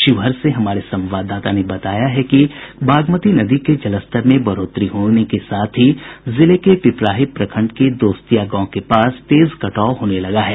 शिवहर से हमारे संवाददाता ने बताया कि बागमती नदी के जलस्तर में बढ़ोतरी होने के साथ ही जिले के पिपराही प्रखंड के दोस्तिया गांव के पास तेज कटाव होने लगा है